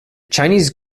chinese